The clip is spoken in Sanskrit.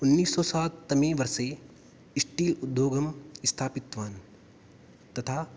उन्निस् सौ सात् तमे वर्षे स्टील् उद्योगं स्थापितवान् तथा